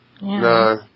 No